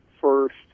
first